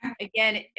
again